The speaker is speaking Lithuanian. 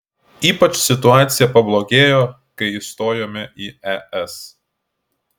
ypač situacija pablogėjo kai įstojome į es